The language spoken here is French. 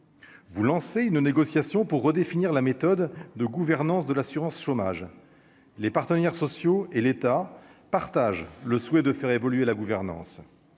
vous lancer une négociation pour redéfinir la méthode de gouvernance de l'assurance chômage, les partenaires sociaux et l'État partage le souhait de faire évoluer la gouvernance